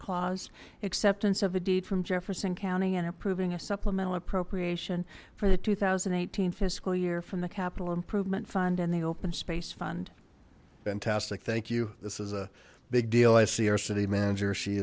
clause acceptance of a deed from jefferson county and approving a supplemental appropriation for the two thousand and eighteen fiscal year from the capital improvement fund and the open space fund fantastic thank you this is a big deal i see our city manager she